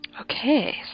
okay